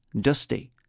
Dusty